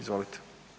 Izvolite.